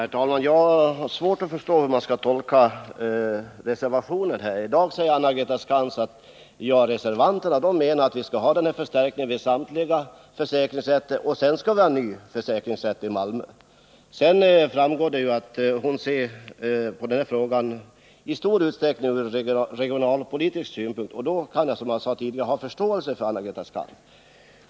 Herr talman! Jag har svårt att förstå hur man skall tolka reservationen. I dag säger Anna-Greta Skantz att reservanterna menar att vi skall ha den här förstärkningen vid samtliga försäkringsrätter och dessutom en ny försäkringsrätt i Malmö. Av det Anna-Greta Skantz sedan säger framgår att hon i stor utsträckning ser på frågan från regionalpolitisk synpunkt. Då kan jag, som jag har sagt tidigare, ha förståelse för hennes synpunkter.